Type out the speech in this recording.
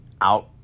out